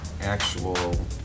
actual